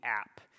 app